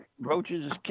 Roaches